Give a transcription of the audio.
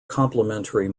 complementary